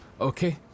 okay